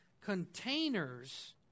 containers